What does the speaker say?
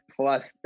plus